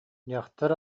дьахтар